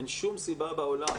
אין שום סיבה בעולם,